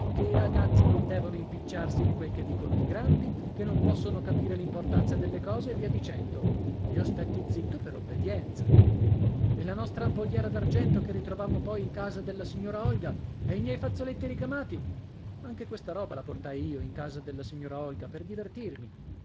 che i ragazzi non devono impicciarsi di quel che dicono i grandi che non posson capire l'importanza delle cose e via dicendo io stetti zitto per obbedienza e la nostra ampolliera d'argento che ritrovammo poi in casa della signora olga e i miei fazzoletti ricamati anche questa roba la portai io in casa della signora olga per divertirmi